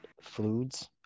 foods